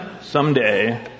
someday